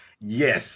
yes